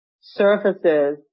surfaces